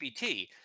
GPT